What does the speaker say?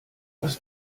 was